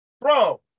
Bro